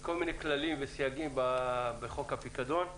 כל מיני כללים וסייגים בחוק הפיקדון.